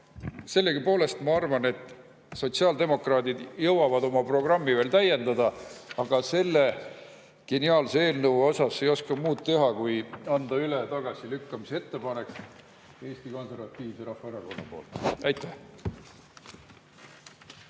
ja teistega. Ma arvan, et sotsiaaldemokraadid jõuavad oma programmi veel täiendada, aga selle geniaalse eelnõu puhul ei oska muud teha, kui anda üle tagasilükkamise ettepanek Eesti Konservatiivse Rahvaerakonna poolt. Kunagi